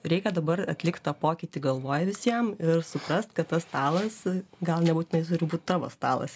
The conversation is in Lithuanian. reikia dabar atlikt tą pokytį galvoj visiem ir suprast kad tas stalas gal nebūtinai turi būt tavo stalas